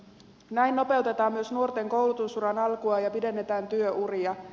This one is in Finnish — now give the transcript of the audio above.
näin nopeutetaan myös nuorten koulutusuran alkua ja pidennetään työuria